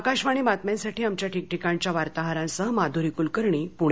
आकाशवाणी बातम्यांसाठी आमच्या ठिकठिकाणच्या वार्ताहरांसह माधुरी कुलकर्णी पुणे